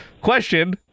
question